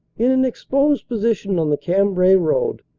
in an exposed position on the cambrai road,